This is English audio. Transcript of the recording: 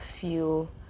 feel